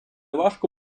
важко